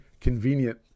convenient